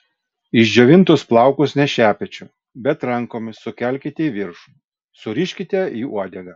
išdžiovintus plaukus ne šepečiu bet rankomis sukelkite į viršų suriškite į uodegą